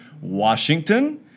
Washington